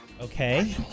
Okay